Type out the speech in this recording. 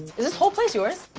is this whole place yours?